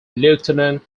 lieutenant